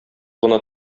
гына